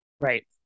Right